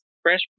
Fresh